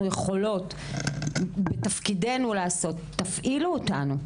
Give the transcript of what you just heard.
ולסייע, תפעילו אותנו.